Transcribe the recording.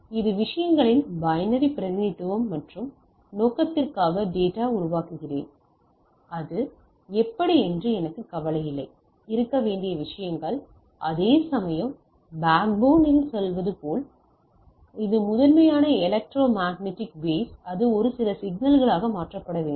எனவே இது விஷயங்களின் பைனரி பிரதிநிதித்துவம் மற்றும் நோக்கத்திற்காக டேட்டா உருவாக்குகிறேன் அது எப்படி என்று எனக்கு கவலையில்லை இருக்க வேண்டிய விஷயங்கள் அதேசமயம் பேக்போன் இல் சொல்வது போல் இது முதன்மையாக எலக்ட்ரோ மேக்னடிக் வௌஸ் அவை சில சிக்னல்களாக மாற்றப்பட வேண்டும்